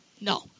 No